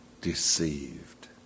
deceived